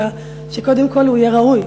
אלא שקודם כול הוא יהיה ראוי.